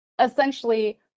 essentially